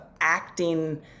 acting